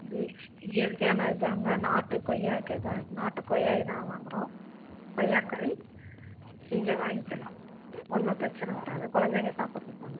ம் இயற்கையானது தாங்க நாட்டு கொய்யாய்க தான் நாட்டு கொய்யாய் தான் வாங்குறோம் கொய்யாக்காய் நீங்கள் வாய்ங்கலாம் ஒன்றும் பிரச்சனை வராது குழந்தைங்க சாப்பிட்றது தாங்க